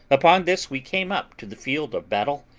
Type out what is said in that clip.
upon this we came up to the field of battle,